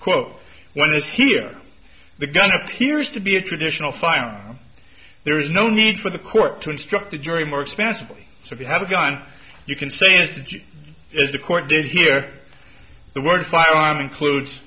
quote one is here the gun appears to be a traditional fire and there is no need for the court to instruct the jury more expansively so if you have a gun you can say is that if the court did hear the word firearm includes